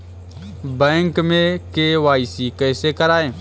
Bank में KYC कैसे करायें?